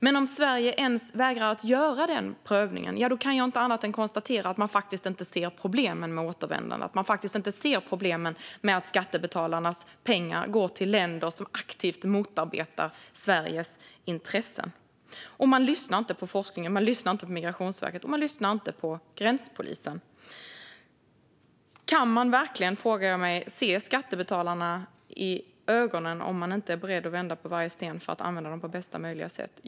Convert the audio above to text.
Men om Sverige vägrar att ens göra den prövningen kan jag inte annat än konstatera att man faktiskt inte ser problemen kring återvändande. Man ser inte problemen med att skattebetalarnas pengar går till länder som aktivt motarbetar Sveriges intressen. Man lyssnar inte på forskningen, man lyssnar inte på Migrationsverket och man lyssnar inte på gränspolisen. Kan man verkligen, frågar jag mig, se skattebetalarna i ögonen om man inte är beredd att vända på varje sten för att använda pengarna på bästa möjliga sätt?